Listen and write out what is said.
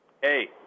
Hey